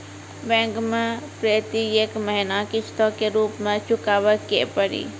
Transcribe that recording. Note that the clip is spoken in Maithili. बैंक मैं प्रेतियेक महीना किस्तो के रूप मे चुकाबै के पड़ी?